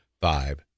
Five